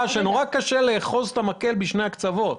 שקשה לאחוז את המקל משני הקצוות.